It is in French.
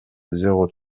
zéro